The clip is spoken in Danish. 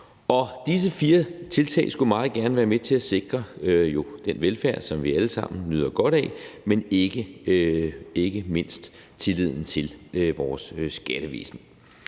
Disse fire tiltag skulle meget gerne være med til at sikre den velfærd, som vi alle sammen nyder godt af, og ikke mindst tilliden til vores skattevæsen.